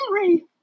Henry